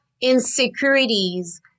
insecurities